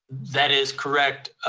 that is correct,